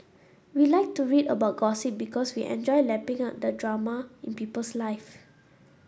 we like to read about gossip because we enjoy lapping up the drama in people's lives